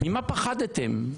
ממה פחדתם?